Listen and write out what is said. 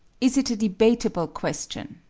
is it a debatable question?